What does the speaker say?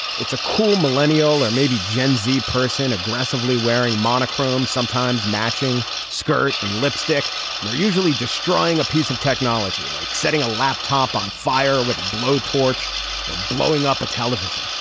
it's a cool millennial or maybe gen z person aggressively wearing monochrome sometimes matching skirt and lipstick and they're usually destroying a piece of technology like setting a laptop on fire with a blow torch or blowing up a television.